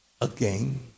again